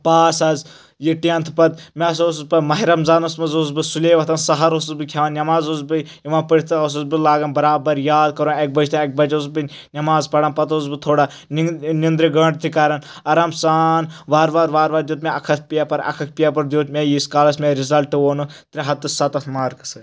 پاس حظ یہِ ٹؠنتھ پَتہٕ مےٚ ہسا اوسُس پَتہٕ ماہِ رمضانَس منٛز اوسُس بہٕ سُلے وۄتھان سَحَر اوسُس بہٕ کھؠوان نؠماز اوسُس بہٕ یِوان پٔرِتھ اوسُس بہٕ لاگَان برابر یاد کرُن اَکہِ بَجہِ تہٕ اَکہِ بَجہِ اوسُس بہٕ نؠماز پران پَتہٕ اوسُس بہٕ تھوڑا نِندرِ گٲنٛٹہٕ تہِ کران آرام سان وارٕ وارٕ وارٕ وارٕ دیُت مےٚ اکھ ہَتھ پیپَر اکھ اکھ پَیٚپَر دیُت مےٚ یٖس کالَس مےٚ رِزَلٹہٕ ووٚنُکھ ترٛےٚ ہَتھ تہٕ سَتَتھ مارکس ٲسۍ